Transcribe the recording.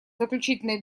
заключительный